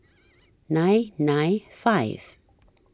nine nine five